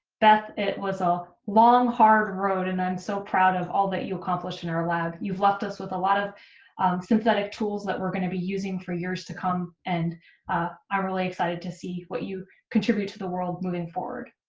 beth, it was a long, hard road, and i'm so proud of all that you accomplished in our lab. you've left us with a lot of synthetic tools that we're going to be using for years to come, and i'm really excited to see what you contribute to the world moving forward.